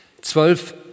Zwölf